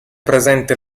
presente